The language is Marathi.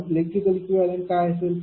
मग इलेक्ट्रिकल इक्विवलेंत काय असेल